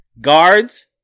guards